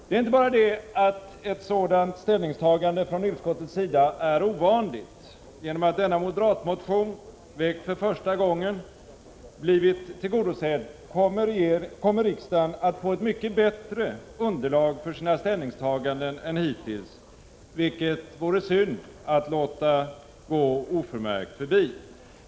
Det är inte bara det att ett sådant ställningstagande från utskottets sida är ovanligt — genom att denna moderatmotion, väckt för första gången, blivit tillgodosedd kommer riksdagen att få ett mycket bättre underlag för sina ställningstaganden än hittills, vilket vore synd att låta gå oförmärkt förbi.